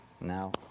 now